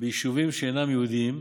ביישובים שאינם יהודיים,